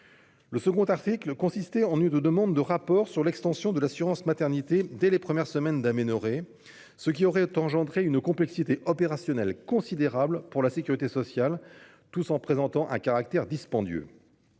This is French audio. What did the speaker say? Le second article prévoyait la remise d'un rapport sur l'extension de l'assurance maternité dès les premières semaines d'aménorrhée, ce qui aurait engendré une complexité opérationnelle considérable pour la sécurité sociale, tout en présentant un caractère dispendieux.